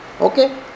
Okay